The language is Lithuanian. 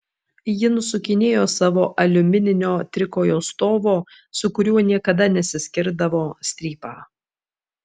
ji nusukinėjo savo aliumininio trikojo stovo su kuriuo niekada nesiskirdavo strypą